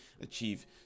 achieve